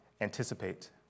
anticipate